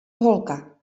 holka